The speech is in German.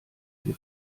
die